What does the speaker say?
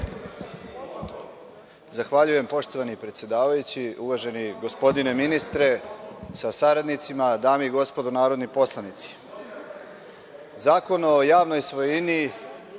Zahvaljujem. Poštovani predsedavajući, uvaženi gospodine ministre sa saradnicima, dame i gospodo narodni poslanici, Zakon o javnoj svojini